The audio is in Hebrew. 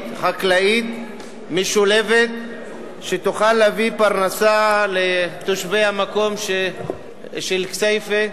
חקלאית משולבת שתוכל להביא פרנסה לתושבי כסייפה.